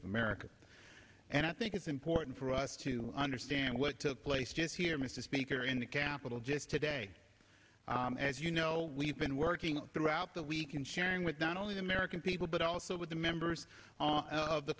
of america and i think it's important for us to understand what took place just here mr speaker in the capital just today as you know we've been working throughout the week and sharing with not only the american people but also with the members of the